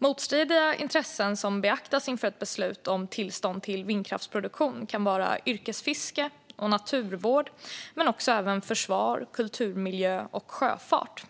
Motstridiga intressen som beaktas inför ett beslut om tillstånd för vindkraftsproduktion kan vara yrkesfiske och naturvård men även försvar, kulturmiljö och sjöfart.